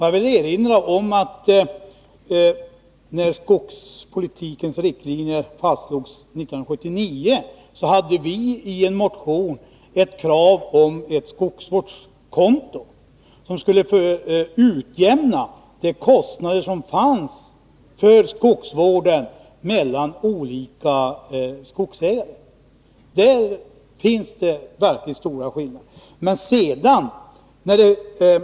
Jag vill erinra om att när skogspolitikens riktlinjer fastslogs 1979 hade vi i en motion ett krav på ett skogsvårdskonto som skulle utjämna kostnadsskillnaderna mellan olika skogsägare beträffande skogsvården. Det finns verkligt stora skillnader på detta område.